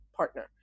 partner